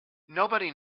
nobody